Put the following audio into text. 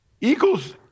Eagles